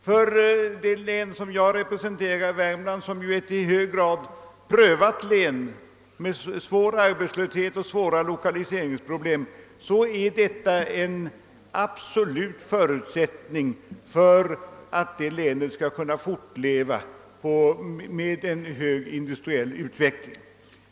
För det län jag representerar, Värmland, som ju är ett i hög grad prövat län med svår arbetslöshet och besvärliga lokaliseringsproblem, är denna vattenväg en absolut förutsättning för att kunna fortleva med en hög industriell utvecklingstakt.